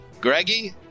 Greggy